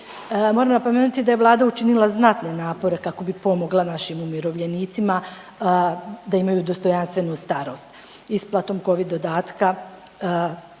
Moram napomenuti da je vlada učinila znatne napore kako bi pomogla našim umirovljenicima da imaju dostojanstvenu starost isplatom covid dodatka,